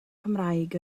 cymraeg